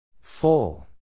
Full